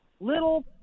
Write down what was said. little